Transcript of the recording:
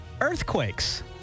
earthquakes